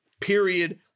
period